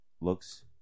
looks